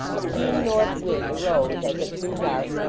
a keen north wind arose as it grew dark,